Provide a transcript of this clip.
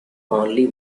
only